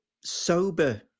sober